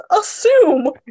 assume